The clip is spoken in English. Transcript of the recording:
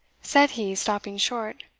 said he, stopping short,